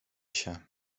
się